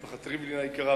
משפחת ריבלין היקרה,